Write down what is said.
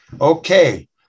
Okay